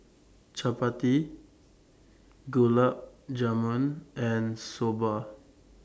Chapati Gulab Jamun and Soba